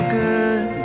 good